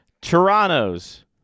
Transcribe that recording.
Toronto's